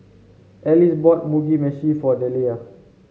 Alice bought Mugi Meshi for Deliah